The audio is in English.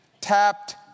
tapped